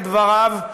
לדבריו,